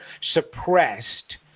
suppressed